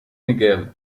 miguel